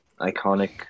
iconic